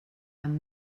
amb